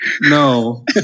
No